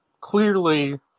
clearly